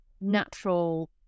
natural